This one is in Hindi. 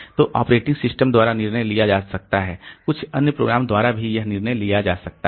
तो ऑपरेटिंग सिस्टम द्वारा निर्णय लिया जा सकता है कुछ अन्य प्रोग्राम द्वारा भी यह निर्णय लिया जा सकता है